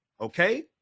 okay